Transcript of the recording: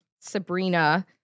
Sabrina